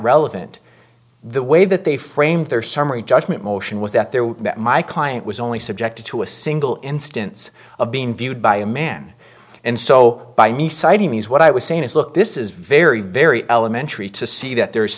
relevant the way that they framed their summary judgment motion was that there were that my client was only subjected to a single instance of being viewed by a man and so by me citing these what i was saying is look this is very very elementary to see that there